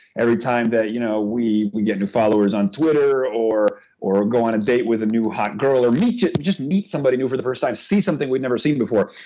every time that you know we we get new followers on twitter or or go on a date with a new hot girl, or just just meet somebody new for the first time, see something we've never seen before.